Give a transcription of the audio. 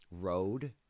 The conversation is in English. Road